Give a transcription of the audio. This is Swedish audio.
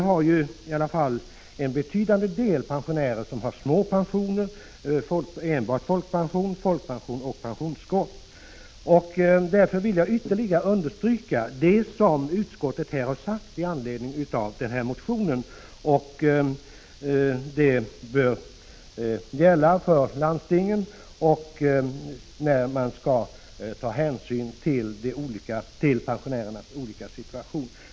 Det finns en betydande andel pensionärer som har låga pensioner, enbart folkpension eller folkpension och pensionstillskott. Därför vill jag ytterligare understryka det som utskottet har sagt i anledning av denna motion. Detta bör gälla även för landstingen, när de skall ta hänsyn till pensionärernas situation.